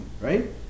Right